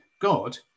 God